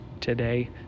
today